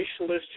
racialist